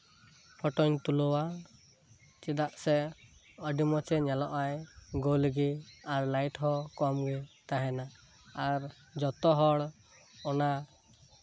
ᱯᱷᱳᱴᱳᱧ ᱛᱩᱞᱟᱹᱣᱟ ᱪᱮᱫᱟᱜ ᱥᱮ ᱟᱹᱰᱤ ᱢᱚᱸᱡᱽ ᱮ ᱧᱮᱞᱚᱜ ᱟᱭ ᱜᱳᱞ ᱜᱮ ᱟᱨ ᱞᱟᱹᱭᱤᱴ ᱦᱚᱸ ᱠᱚᱢ ᱜᱮ ᱛᱟᱦᱮᱱᱟ ᱟᱨ ᱡᱚᱛᱚ ᱦᱚᱲ ᱚᱱᱟ